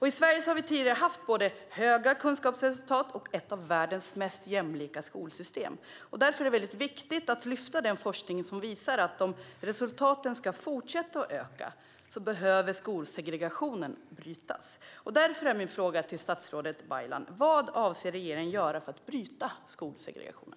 I Sverige har vi tidigare haft höga kunskapsresultat och ett av världens mest jämlika skolsystem. Därför är det väldigt viktigt att lyfta fram den forskning som visar att om resultaten ska fortsätta att öka behöver skolsegregationen brytas. Därför är min fråga till statsrådet Baylan: Vad avser regeringen att göra för att bryta skolsegregationen?